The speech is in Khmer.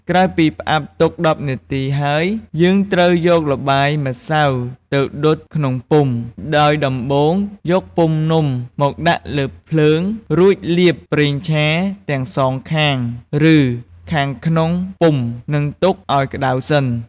ក្រោយពីផ្អាប់ទុក ១០នាទីហើយ យើងត្រូវយកល្បាយម្សៅទៅដុតក្នុងពុម្ព ដោយដំបូងយកពុម្ពនំ មកដាក់លើភ្លើង រួចលាប ប្រេងឆា ទាំងសងខាង ឬខាងក្នុងពុម្ព និងទុកឱ្យក្ដៅសិន។